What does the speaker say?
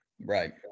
Right